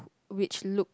which look